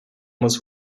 moc